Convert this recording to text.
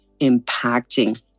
impacting